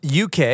UK